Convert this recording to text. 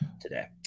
today